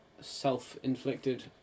self-inflicted